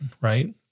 right